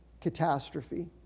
catastrophe